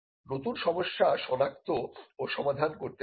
নতুন সমস্যা সনাক্ত ও সমাধান করতে পারে